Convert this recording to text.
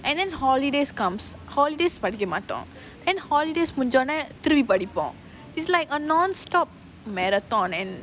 and then holidays come holidays படிக்கச மாட்டோம்:padika maatom then holidays முடிஞ்சா ஒடனே படிக்க மாட்டோம்:mudinja odanae padika maatom it's like a non-stop marathon and